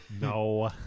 No